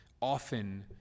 often